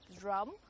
drum